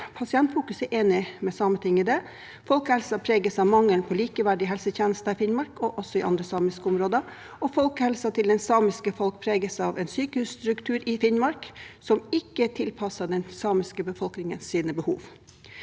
Pasientfokus er enig med Sametinget i det. Folkehelsen preges av mangel på likeverdige helsetjenester i Finnmark og også i andre samiske områder. Folkehelsen til det samiske folk preges av en sykehusstruktur i Finnmark som ikke er tilpasset den samiske befolkningens behov.